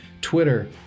Twitter